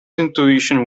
intuition